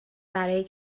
برای